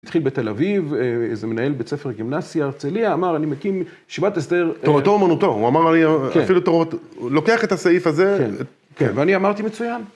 התחיל בתל אביב, איזה מנהל בית ספר גימנסיה הרצליה אמר, אני מקים ישיבת הסדר. -תורתו אומנותו, הוא אמר לי, אפילו תורתו... לוקח את הסעיף הזה. -כן, ואני אמרתי, מצוין.